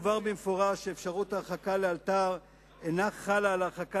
הובהר במפורש שאפשרות הרחקה לאלתר אינה חלה על הרחקה